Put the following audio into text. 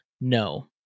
no